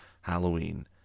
Halloween